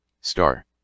star